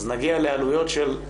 אז נגיע לעלויות לא